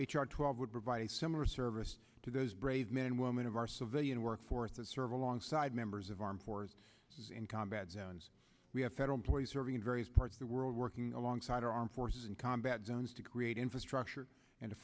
h r twelve would provide a similar service to those brave men and women of our civilian workforce that serve alongside members of armed force as in combat zones we have federal employees serving in various parts of the world working alongside our armed forces in combat zones to create infrastructure and t